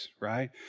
right